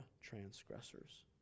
transgressors